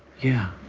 yeah.